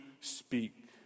speak